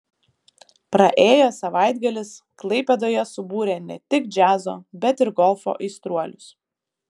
praėjęs savaitgalis klaipėdoje subūrė ne tik džiazo bet ir golfo aistruolius